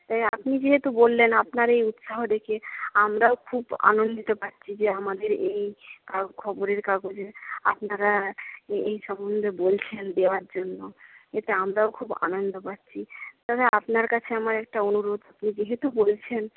তাই আপনি যেহেতু বললেন আপনার এই উৎসাহ দেখে আমরাও খুব আনন্দিত পাচ্ছি যে আমাদের এই খবরের কাগজে আপনারা এই সম্বন্ধে বলছেন দেওয়ার জন্য এটা আমরাও খুব আনন্দ পাচ্ছি তবে আপনার কাছে আমার একটা অনুরোধ আপনি যেহেতু বলছেন